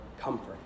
comfort